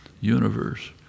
universe